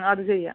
അത് ചെയ്യാം